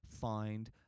find